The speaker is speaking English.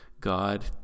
God